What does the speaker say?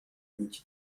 migdia